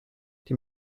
die